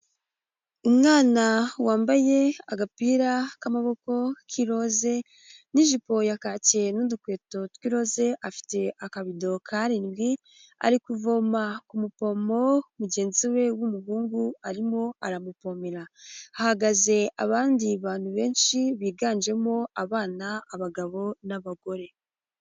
Umwana wambaye agapira k'amaboko k'iroze n'ijipo ya kake n'udukweto tw'iroze afite akabido karindwi ari kuvoma ku mupomo, mugenzi we w'umuhungu arimo aramupomera. Hagaze abandi bantu benshi biganjemo abana, abagabo n'abagore.